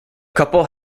couple